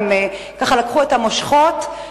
הן לקחו את המושכות,